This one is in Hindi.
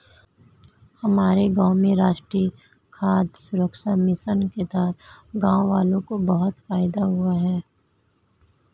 हमारे गांव में राष्ट्रीय खाद्य सुरक्षा मिशन के तहत गांववालों को बहुत फायदा हुआ है